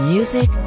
Music